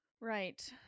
Right